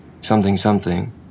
something-something